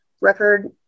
record